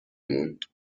موند